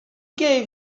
gave